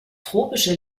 tropische